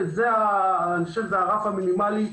זה הרף המינימלי.